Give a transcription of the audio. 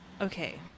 Okay